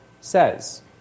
says